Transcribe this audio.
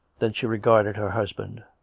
then she regarded her husband.